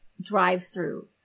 drive-through